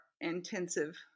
intensive